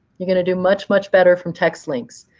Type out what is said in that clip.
you're going to do much, much better from text links.